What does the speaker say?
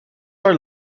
are